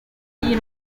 iyi